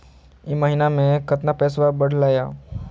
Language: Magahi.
ई महीना मे कतना पैसवा बढ़लेया?